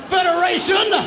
Federation